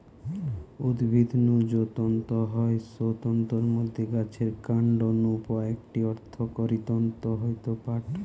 উদ্ভিদ নু যৌ তন্তু হয় সৌ তন্তুর মধ্যে গাছের কান্ড নু পাওয়া একটি অর্থকরী তন্তু হয়ঠে পাট